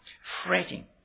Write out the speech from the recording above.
fretting